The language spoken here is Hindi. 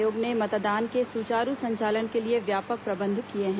चुनाव आयोग ने मतदान के सुचारू संचालन के लिए व्यापक प्रबंध किए हैं